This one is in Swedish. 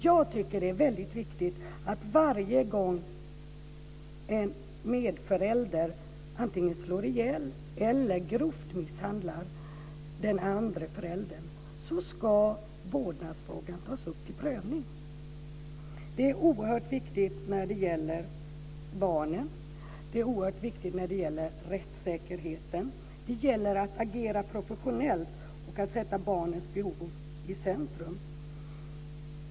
Jag tycker att det är väldigt viktigt att vårdnadsfrågan tas upp till prövning varje gång en medförälder antingen slår ihjäl eller grovt misshandlar den andra föräldern. Det är oerhört viktigt för barnen och rättssäkerheten. Det gäller att agera professionellt och att sätta barnens behov i centrum.